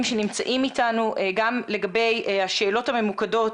שנמצאים איתנו גם לגבי השאלות הממוקדות,